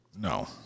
no